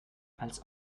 als